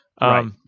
Right